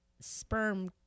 sperm